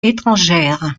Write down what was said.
étrangère